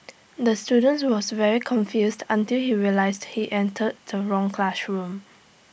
the student was very confused until he realised he entered the wrong classroom